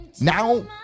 Now